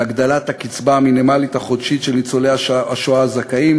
להגדלת הקצבה המינימלית החודשית של ניצולי השואה הזכאים,